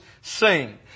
sing